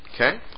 okay